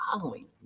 following